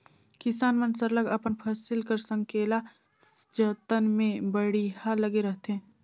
किसान मन सरलग अपन फसिल कर संकेला जतन में बड़िहा लगे रहथें